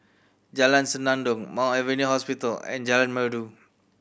Jalan Senandong Mount Alvernia Hospital and Jalan Merdu